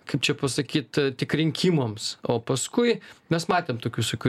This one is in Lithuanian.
kaip čia pasakyt tik rinkimams o paskui mes matėm tokių visokių